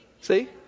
See